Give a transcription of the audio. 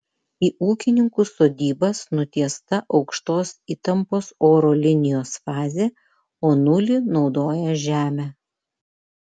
į ūkininkų sodybas nutiesta aukštos įtampos oro linijos fazė o nulį naudoja žemę